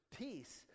peace